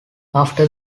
after